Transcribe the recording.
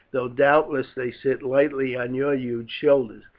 though doubtless they sit lightly on your huge shoulders.